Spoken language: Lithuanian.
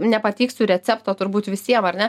nepateiksiu recepto turbūt visiem ar ne